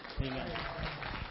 Amen